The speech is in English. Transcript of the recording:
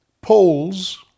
poles